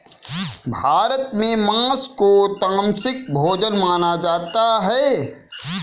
भारत में माँस को तामसिक भोजन माना जाता है